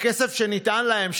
מהכסף שניתן להם,